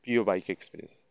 প্রিয় bike experience